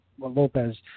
Lopez